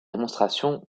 démonstration